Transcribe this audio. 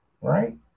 right